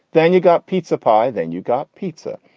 then you got pizza pie. then you got pizza.